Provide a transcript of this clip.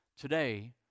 today